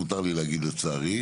מותר לי להגיד לצערי.